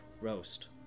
roast